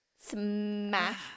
smash